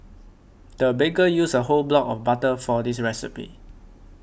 the baker used a whole block of butter for this recipe